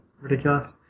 Ridiculous